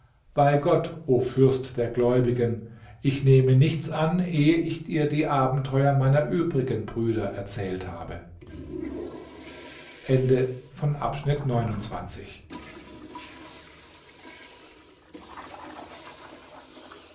bei gott o fürst der gläubigen ich nehme nichts an ehe ich dir die abenteuer meiner übrigen brüder erzählt habe